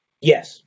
Yes